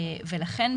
לכן,